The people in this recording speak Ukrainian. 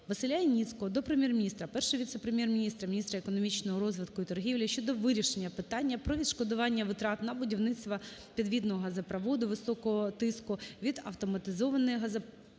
Василя Яніцького до Прем'єр-міністра, Перший віце-прем'єр-міністр - міністра економічного розвитку і торгівлі, щодо вирішення питання про відшкодування витрат на будівництво підвідного газопроводу високого тиску від автоматизованої газорозподільчої